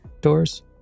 doors